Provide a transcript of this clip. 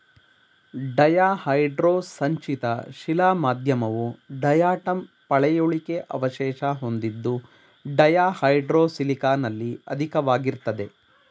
ಡಯಾಹೈಡ್ರೋ ಸಂಚಿತ ಶಿಲಾ ಮಾಧ್ಯಮವು ಡಯಾಟಂ ಪಳೆಯುಳಿಕೆ ಅವಶೇಷ ಹೊಂದಿದ್ದು ಡಯಾಹೈಡ್ರೋ ಸಿಲಿಕಾನಲ್ಲಿ ಅಧಿಕವಾಗಿರ್ತದೆ